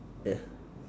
ya